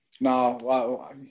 No